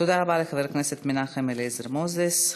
תודה רבה לחבר הכנסת מנחם אליעזר מוזס.